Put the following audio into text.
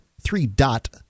three-dot